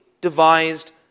devised